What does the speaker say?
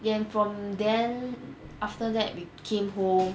then from then after that we came home